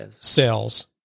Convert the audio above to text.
sales